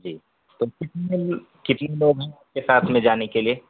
جی تو کتنے کتنے لوگ ہیں آپ کے ساتھ میں جانے کے لیے